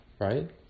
right